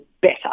better